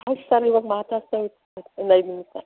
ಹ್ಞೂ ಸರ್ ಇವಗ ಮಾತಾಡ್ತಯಿದೀನಿ ಒಂದು ಐದು ನಿಮಿಷ